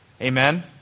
Amen